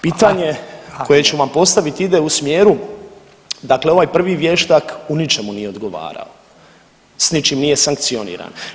Pitanje koje ću vam postaviti ide u smjeru, dakle ovaj prvi vještak u ničemu nije odgovarao, s ničim nije sankcioniran.